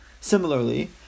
Similarly